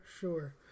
sure